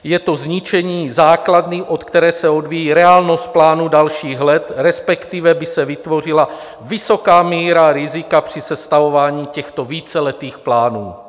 Je to zničení základny, od které se odvíjí reálnost plánů dalších let, respektive by se vytvořila vysoká míra rizika při sestavování těchto víceletých plánů.